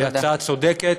והיא הצעה צודקת,